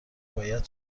باید